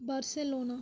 Barcelona